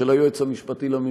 של היועץ המשפטי לממשלה,